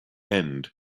end